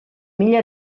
mila